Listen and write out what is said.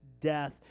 death